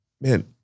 man